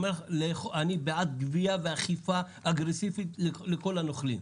אני בעד גבייה ואכיפה אגרסיביות לכל הנוכלים.